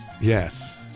Yes